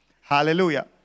Hallelujah